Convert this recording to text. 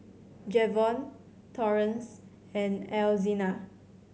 Jevon Torrence and Alzina